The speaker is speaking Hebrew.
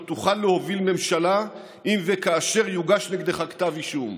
לא תוכל להוביל ממשלה אם וכאשר יוגש נגדך כתב אישום.